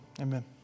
Amen